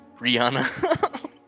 Rihanna